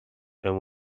and